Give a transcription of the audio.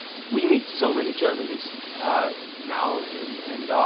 we meet so many journalists now, and